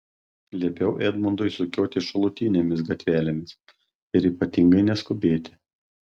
liepiau edmundui sukiotis šalutinėmis gatvelėmis ir ypatingai neskubėti